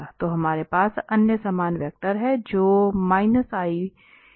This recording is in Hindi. तो हमारे पास अन्य सामान्य वेक्टर है जो द्वारा दिया जा सकता है